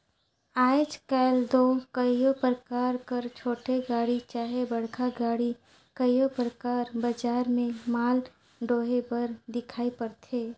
आएज काएल दो कइयो परकार कर छोटे गाड़ी चहे बड़खा गाड़ी कइयो परकार बजार में माल डोहे बर दिखई परथे